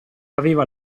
aveva